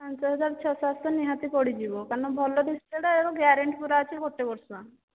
ପାଞ୍ଚହଜାର ଛଅ ସାତ ଶହ ନିହାତି ପଡ଼ିଯିବ କାରଣ ଭଲ ଡିସପ୍ଲେ ଟା ଆଉ ଗ୍ୟାରେଣ୍ଟି ପୁରା ଅଛି ଗୋଟେ ବର୍ଷ